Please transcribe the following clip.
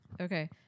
Okay